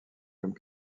comme